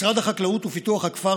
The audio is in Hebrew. משרד החקלאות ופיתוח הכפר,